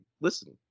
listen